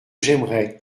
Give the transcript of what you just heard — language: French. j’aimerai